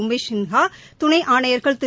உமேஷ் சின்ஹா துணை ஆணையர்கள் திரு